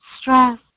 stress